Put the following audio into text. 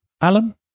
Alan